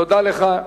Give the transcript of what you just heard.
תודה לך.